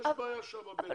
יש בעיה שם באתיופיה.